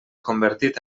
convertit